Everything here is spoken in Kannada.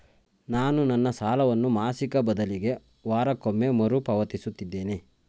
ನಾನು ನನ್ನ ಸಾಲವನ್ನು ಮಾಸಿಕ ಬದಲಿಗೆ ವಾರಕ್ಕೊಮ್ಮೆ ಮರುಪಾವತಿಸುತ್ತಿದ್ದೇನೆ